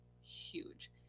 huge